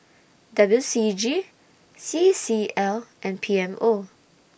W C G C C L and P M O